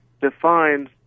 defines